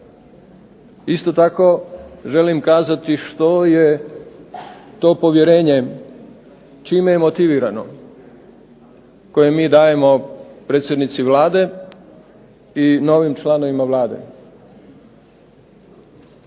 Isto tako želim kazati što je to povjerenje čime je motivirano, koje mi dajemo predsjednici Vlade i novim članovima Vlade.